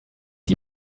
die